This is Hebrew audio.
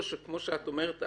או כמו שאת אומרת,